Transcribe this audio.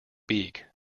beak